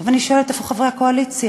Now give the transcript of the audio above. עכשיו אני שואלת: איפה חברי הקואליציה?